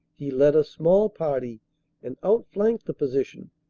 he led a small party and outflanked the position,